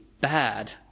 bad